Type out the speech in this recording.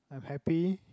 I'm happy